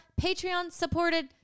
Patreon-supported